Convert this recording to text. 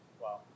Wow